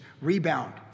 rebound